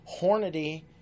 Hornady